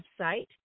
website